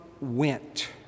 went